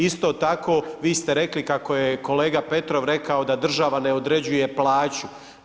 Isto tako vi ste rekli kako je kolega Petrov rekao da država ne određuje plaću.